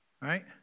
right